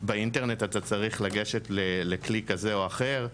באינטרנט אתה צריך לגשת לכלי כזה או אחר,